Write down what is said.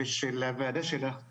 לגבי ענף התיירות?